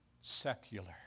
secular